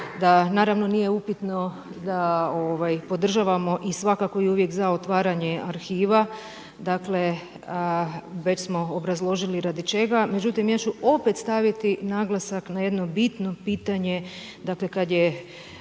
da naravno nije upitno da podržavamo i svakako i uvijek za otvaranje arhiva, dakle već smo obrazložili radi čega. Međutim, ja ću opet staviti naglasak na jedno bitno pitanje, dakle kada je